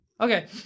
Okay